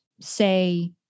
Say